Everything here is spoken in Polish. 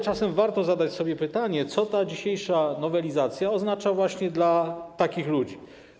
Czasem warto zadać sobie pytanie, co ta dzisiejsza nowelizacja oznacza dla takich ludzi.